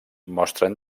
mostren